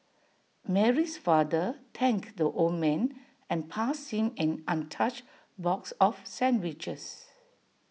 Mary's father thanked the old man and passed him an untouched box of sandwiches